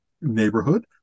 neighborhood